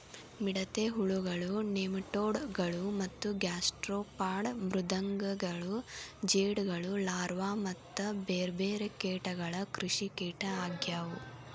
ಮಿಡತೆ ಹುಳಗಳು, ನೆಮಟೋಡ್ ಗಳು ಮತ್ತ ಗ್ಯಾಸ್ಟ್ರೋಪಾಡ್ ಮೃದ್ವಂಗಿಗಳು ಜೇಡಗಳು ಲಾರ್ವಾ ಮತ್ತ ಬೇರ್ಬೇರೆ ಕೇಟಗಳು ಕೃಷಿಕೇಟ ಆಗ್ಯವು